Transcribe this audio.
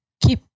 keep